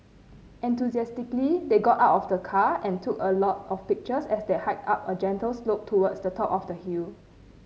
enthusiastically they got out of the car and took a lot of pictures as they hiked up a gentle slope towards the top of the hill